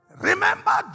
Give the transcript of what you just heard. Remember